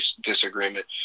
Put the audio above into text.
disagreement